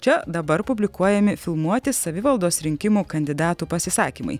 čia dabar publikuojami filmuoti savivaldos rinkimų kandidatų pasisakymai